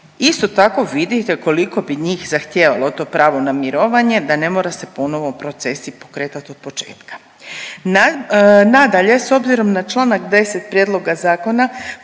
isto tako vidite koliko bi njih zahtijevalo to pravo na mirovanje da ne mora se ponovo procesi pokretat od početka. Nadalje, s obzirom na čl.10. Prijedloga zakona